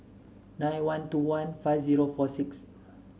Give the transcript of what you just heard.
nine one two one five zero four six